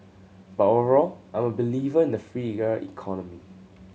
but overall I'm a believer in the freer economy